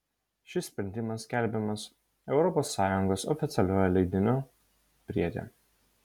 šis sprendimas skelbiamas europos sąjungos oficialiojo leidinio priede